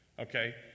Okay